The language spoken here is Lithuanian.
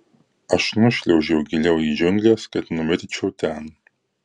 aš nušliaužiau giliau į džiungles kad numirčiau ten